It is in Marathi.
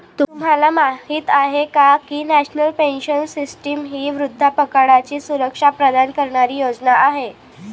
तुम्हाला माहिती आहे का की नॅशनल पेन्शन सिस्टीम ही वृद्धापकाळाची सुरक्षा प्रदान करणारी योजना आहे